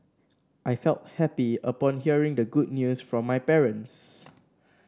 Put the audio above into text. I felt happy upon hearing the good news from my parents